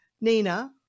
Nina